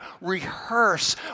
rehearse